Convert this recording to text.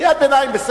קריאת ביניים, בסדר.